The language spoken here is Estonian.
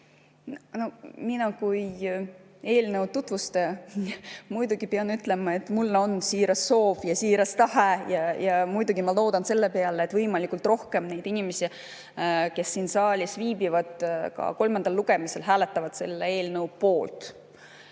No mina kui eelnõu tutvustaja muidugi pean ütlema, et mul on siiras soov ja siiras tahe ja muidugi ma loodan selle peale, et võimalikult palju neid inimesi, kes siin saalis viibivad, ka kolmandal lugemisel hääletavad selle eelnõu poolt.